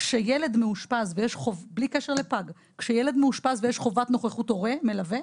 כשילד מאושפז ויש חובת נוכחות הורה מלווה,